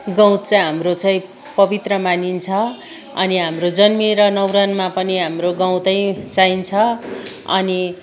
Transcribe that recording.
गउँत चाहिँ हाम्रो चाहिँ पवित्र मानिन्छ अनि हाम्रो जन्मिएर न्वारनमा पनि हाम्रो गउँतै चाहिन्छ अनि